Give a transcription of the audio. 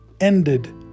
ended